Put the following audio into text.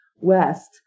west